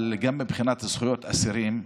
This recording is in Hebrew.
אבל מבחינת זכויות אסירים,